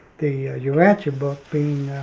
the urantia book being